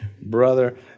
brother